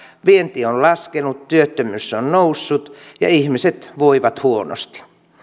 vienti on laskenut työttömyys on noussut ja ihmiset voivat huonosti